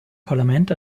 parlament